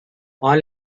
all